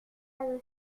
adrien